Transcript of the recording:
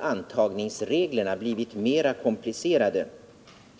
Antagningsreglerna har också blivit mera komplicerade.